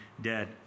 dead